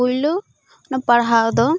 ᱯᱩᱭᱞᱩ ᱚᱱᱟ ᱯᱟᱲᱦᱟᱣ ᱫᱚ